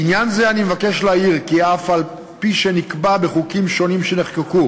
בעניין זה אני מבקש להעיר כי אף-על-פי שנקבע בחוקים שונים שנחקקו